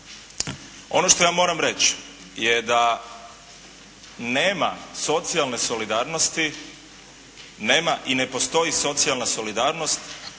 Ono što ja moram reći je da nema socijalne solidarnosti, nema i ne postoji socijalna solidarnost